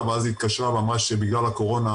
נקבל בברכה את אלה שמשתתפים איתנו פיזית ואלה שמשתתפים בזום.